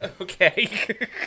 okay